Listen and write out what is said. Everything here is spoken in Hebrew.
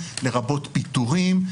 לרבות פיטורים,